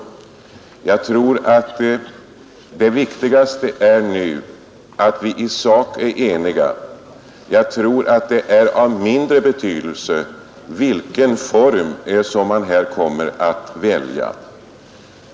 Det viktigaste är nu att vi i sak är eniga. Jag tror att det är av mindre betydelse vilken form man här kommer att välja.